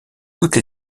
toutes